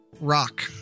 rock